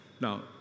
Now